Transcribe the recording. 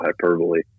hyperbole